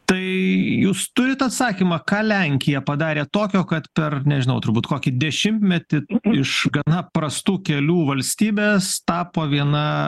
tai jūs turit atsakymą ką lenkija padarė tokio kad per nežinau turbūt kokį dešimtmetį iš gana prastų kelių valstybės tapo viena